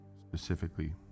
specifically